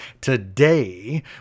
today